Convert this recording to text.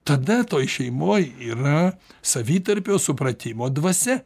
tada toj šeimoj yra savitarpio supratimo dvasia